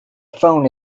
phone